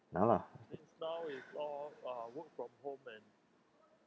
now lah